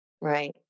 right